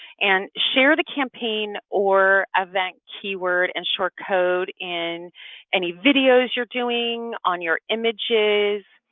and share the campaign or event keyword and short code in any videos you're doing on your images.